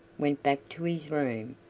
went back to his room,